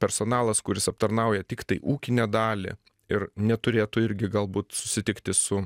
personalas kuris aptarnauja tiktai ūkinę dalį ir neturėtų irgi galbūt susitikti su